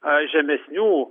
aa žemesnių